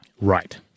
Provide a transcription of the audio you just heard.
Right